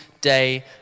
day